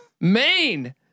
Maine